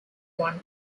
one